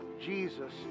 Jesus